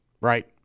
Right